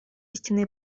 истинные